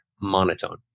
monotone